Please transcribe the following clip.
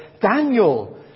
Daniel